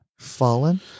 fallen